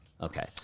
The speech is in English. Okay